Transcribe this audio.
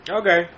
Okay